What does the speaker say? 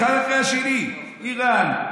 אחד אחרי השני: איראן,